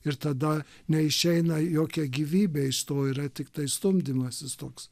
ir tada neišeina jokia gyvybė išstojo yra tiktai stumdymasis toks